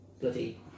bloody